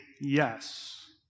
yes